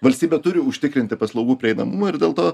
valstybė turi užtikrinti paslaugų prieinamumą ir dėl to